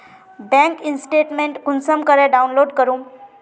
Bank statement कुंसम करे download करूम?